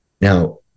Now